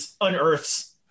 unearths